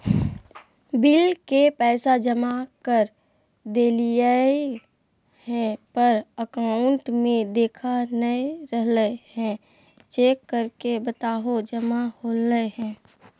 Bill के पैसा जमा कर देलियाय है पर अकाउंट में देखा नय रहले है, चेक करके बताहो जमा होले है?